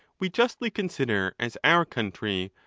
we justly consider as our country,